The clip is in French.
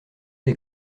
des